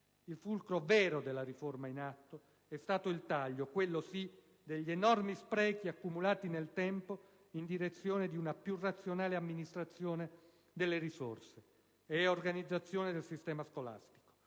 Il vero fulcro della riforma in atto è stato il taglio, quello sì, degli enormi sprechi accumulati nel tempo in direzione di una più razionale amministrazione delle risorse e dell'organizzazione del sistema scolastico;